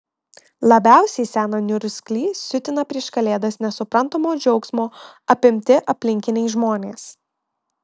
labiausiai seną niurzglį siutina prieš kalėdas nesuprantamo džiaugsmo apimti aplinkiniai žmonės